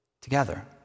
together